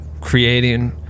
creating